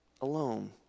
alone